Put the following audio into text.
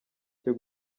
cyo